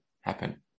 happen